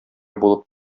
булып